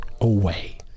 away